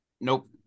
Nope